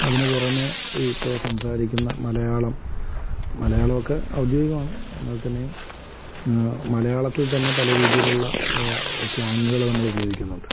അതിനു പുറമെ ഇപ്പോൾ സംസാരിക്കുന്ന മലയാളം മലയാളമൊക്കെ ഔദ്യോഗികമാണ് അതുപോലെ തന്നെയും മലയാളത്തിൽ തന്നെ പല രീതിയിലുള്ള സ്ലാങ്ങുകൾ നമ്മൾ ഉപയോഗിക്കുന്നുണ്ട്